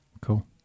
cool